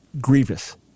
grievous